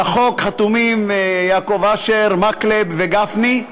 על החוק חתומים יעקב אשר, מקלב וגפני,